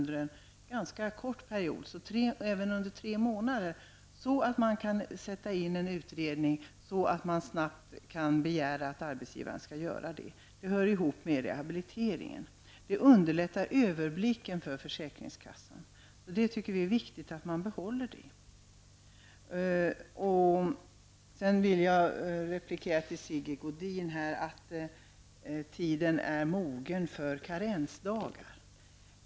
Detta gäller även för en så kort tidsperiod som tre månader. Då kan man snabbt begära att arbetsgivaren skall göra en utredning. Detta hör samman med rehabiliteringen och underlättar försäkringskassans överblick. Jag vill vidare replikera till Sigge Godin, som menade att tiden är mogen för karensdagar.